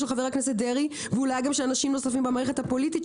חבר הכנסת דרעי ואולי גם של אנשים נוספים במערכת הפוליטית,